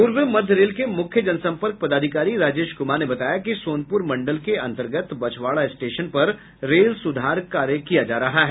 पूर्व मध्य रेल के मुख्य जनसंपर्क पदाधिकारी राजेश कुमार ने बताया कि सोनपुर मंडल के अंतर्गत बछवारा स्टेशन पर रेल सुधार कार्य किया जा रहा है